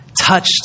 touched